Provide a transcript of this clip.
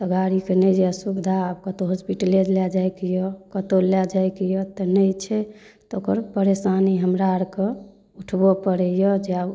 तऽ गाड़ीके नहि अइ सुविधा आब कतहु हॉस्पिटले लऽ जाएके अइ कतहु लऽ जाएके अइ तऽ नहि छै तऽ ओकर परेशानी हमरा आओरके उठबै पड़ैए जे